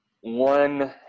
One